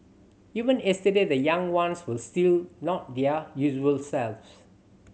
even yesterday the young ones were still not their usual selves